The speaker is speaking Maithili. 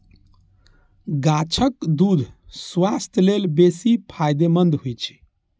गाछक दूछ स्वास्थ्य लेल बेसी फायदेमंद होइ छै